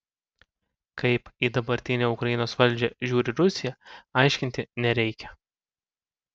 kaip į dabartinę ukrainos valdžią žiūri rusija aiškinti nereikia